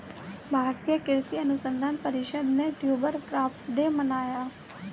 भारतीय कृषि अनुसंधान परिषद ने ट्यूबर क्रॉप्स डे मनाया